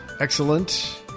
Excellent